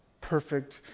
perfect